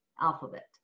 alphabet